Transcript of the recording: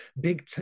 big